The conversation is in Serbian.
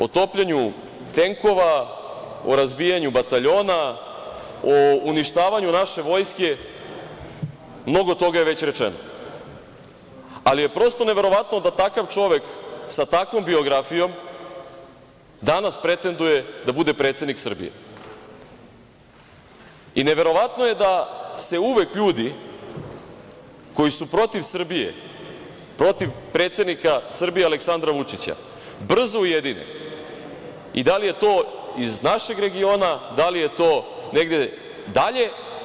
O topljenju tenkova, o razbijanju bataljona o uništavanju naše vojske mnogo toga je već rečeno, ali je prosto neverovatno da takav čovek sa takvom biografijom danas pretenduje da bude predsednik Srbije i neverovatno je da se uvek ljudi koji su protiv Srbije, protiv predsednika Srbije Aleksandra Vučića brzo ujedine i da li je to iz našeg regiona, da li je to negde dalje.